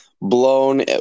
Blown